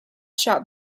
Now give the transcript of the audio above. shop